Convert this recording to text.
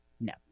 No